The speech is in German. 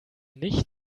nicht